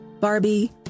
Barbie